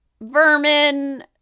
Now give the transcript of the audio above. vermin